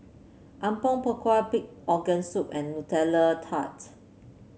Apom Berkuah Pig Organ Soup and Nutella Tart